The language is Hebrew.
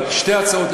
אבל שתי ההצעות,